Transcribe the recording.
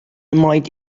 might